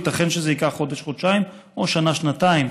ייתכן שזה ייקח חודש-חודשיים או שנה-שנתיים.